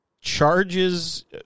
charges